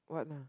what ah